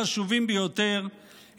חשובים ביותר,